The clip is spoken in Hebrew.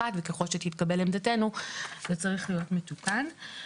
וככל שתתקבל עמדתנו זה צריך להיות מתוקן.